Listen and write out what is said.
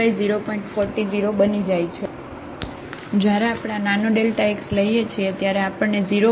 40 બની જાય છે અને જયારે આપણે આ નાનો x લઈએ છીએ ત્યારે આપણને 0